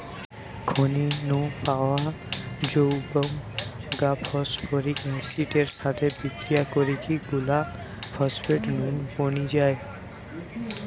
খনি নু পাওয়া যৌগ গা ফস্ফরিক অ্যাসিড এর সাথে বিক্রিয়া করিকি গুলা ফস্ফেট নুন বনি যায়